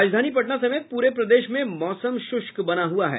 राजधानी पटना समेत पूरे प्रदेश में मौसम शुष्क बना हुआ है